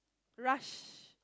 rush